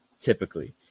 typically